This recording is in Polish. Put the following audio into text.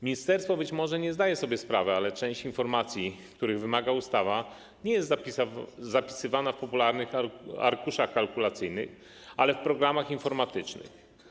Ministerstwo być może nie zdaje sobie sprawy, ale część informacji, których wymaga ustawa, nie jest zapisywana w popularnych arkuszach kalkulacyjnych, ale w programach informatycznych.